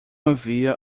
havia